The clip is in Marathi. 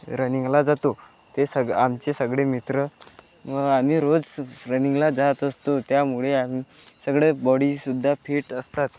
रनिंगला जातो ते सग आमचे सगळे मित्र आम्ही रोज रनिंगला जात असतो त्यामुळे आम्ही सगडे बॉडी सुद्धा फिट असतात